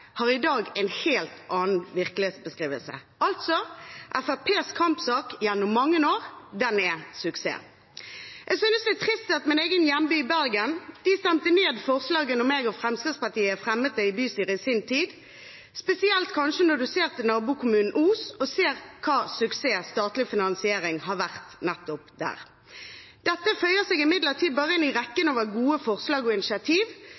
har i dag en helt annen virkelighetsbeskrivelse, altså er Fremskrittspartiets kampsak gjennom mange år en suksess. Jeg synes det er trist at min egen hjemby, Bergen, stemte ned forslaget da jeg og Fremskrittspartiet fremmet det i bystyret i sin tid, spesielt kanskje når en ser til nabokommunen Os hvilken suksess statlig finansiering har vært nettopp der. Dette føyer seg imidlertid bare inn i rekken av gode forslag og initiativ